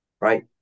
right